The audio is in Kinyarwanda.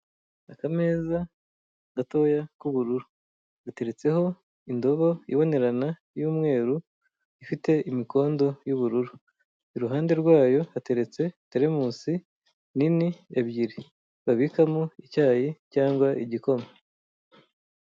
Akameza gatoya k'ubururu gateretseho indobo ibonerana y'umweru ifite imikondo y'ubururu, iruhande rwayo hateretse terimusi nini ebyiri babikamo icyayi cyangwa igikoma.